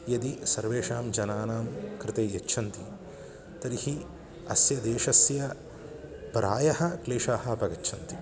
यदि सर्वेषां जनानां कृते यच्छन्ति तर्हि अस्य देशस्य प्रायः क्लेशाः अपगच्छन्ति